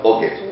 Okay